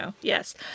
yes